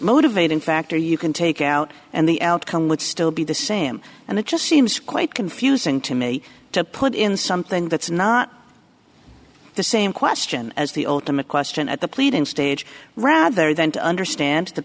motivating factor you can take out and the outcome would still be the same and it just seems quite confusing to me to put in something that's not the same question as the ultimate question at the pleading stage rather than to understand the